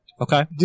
Okay